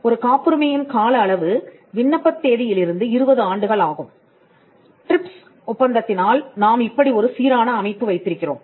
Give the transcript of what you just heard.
ஒரு காப்புரிமையின் கால அளவு விண்ணப்ப தேதியிலிருந்து 20 ஆண்டுகள் ஆகும் ட்ரிப்ஸ் ஒப்பந்தத்தினால் நாம் இப்படி ஒரு சீரான அமைப்பு வைத்திருக்கிறோம்